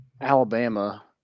Alabama